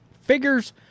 figures